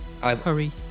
hurry